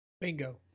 Bingo